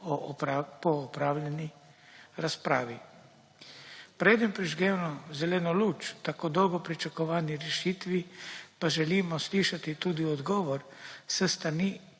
po opravljeni razpravi. Preden prižgemo zeleno luč tako dolgo pričakovani rešitvi, pa želimo slišati tudi odgovor s strani